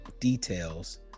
details